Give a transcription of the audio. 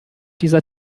dieser